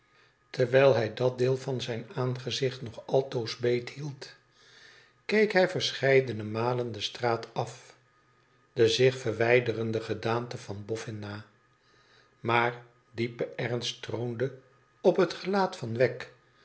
terwijl hij dat deel van zijn aangezicht nog altoos beethield keek hij verscheidene malen de straat af de zich verwijderende gedaante van boffin na maar diepe ernst troonde op het gelaat van wegg